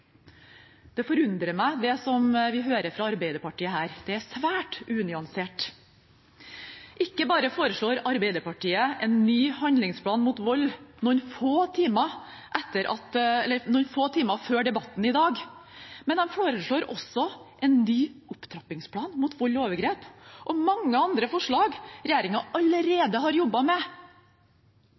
Det forundrer meg, det som vi her hører fra Arbeiderpartiet. Det er svært unyansert. Ikke bare foreslår Arbeiderpartiet en ny handlingsplan mot vold noen få timer før debatten i dag – de foreslår også en ny opptrappingsplan mot vold og overgrep og mange andre forslag som regjeringen allerede har jobbet med.